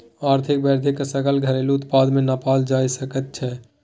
आर्थिक वृद्धिकेँ सकल घरेलू उत्पाद सँ नापल जा सकैत छै